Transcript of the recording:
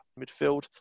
midfield